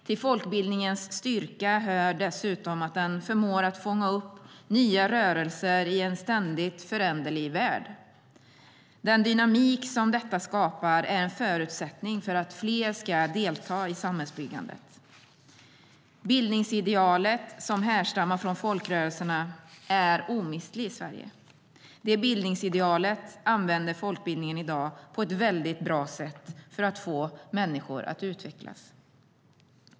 Till folkbildningens styrka hör dessutom att den förmår fånga upp nya rörelser i en ständigt föränderlig värld. Den dynamik som detta skapar är en förutsättning för att fler ska delta i samhällsbyggandet. Bildningsidealet, som härstammar från folkrörelserna, är omistligt i Sverige. Det bildningsidealet använder folkbildningen i dag på ett väldigt bra sätt för att få människor att utvecklas.